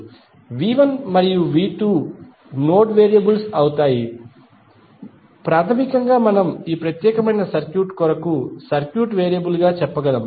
కాబట్టి V1మరియు V2 node variables అవుతాయి ప్రాథమికంగా మనం ఈ ప్రత్యేకమైన సర్క్యూట్ కొరకు సర్క్యూట్ వేరియబుల్ గా చెప్పగలం